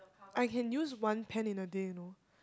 I can use one pen in a day you know